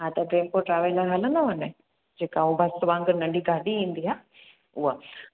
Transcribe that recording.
हा त tempo traveller हलंदव न जेका उहो बस वांॻुर नंढी गाॾी ईंदी आहे उहा